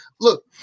look